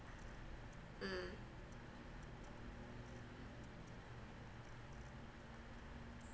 mm